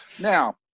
Now